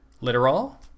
literal